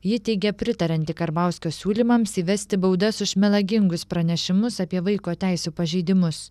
ji teigia pritarianti karbauskio siūlymams įvesti baudas už melagingus pranešimus apie vaiko teisių pažeidimus